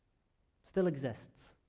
still exists